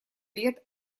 лет